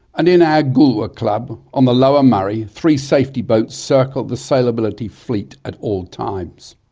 and in our goolwa club on the lower murray three safety boats circle the sailability fleet at all times.